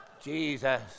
Jesus